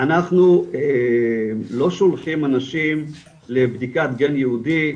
אנחנו לא שולחים אנשים לבדיקת גן יהודי,